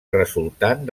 resultant